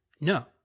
no